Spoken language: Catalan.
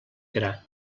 gra